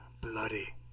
bloody